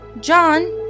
John